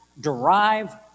derive